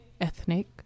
ethnic